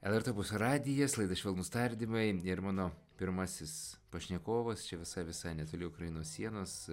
lrt radijas laida švelnūs tardymai ir mano pirmasis pašnekovas čia visai visai netoli ukrainos sienos